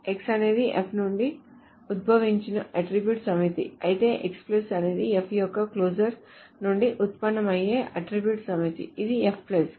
X అనేది F నుండి ఉద్భవించిన అట్ట్రిబ్యూట్ సమితి అయితే X అనేది F యొక్క క్లోజర్ నుండి ఉత్పన్నమయ్యే అట్ట్రిబ్యూట్ సమితి ఇది F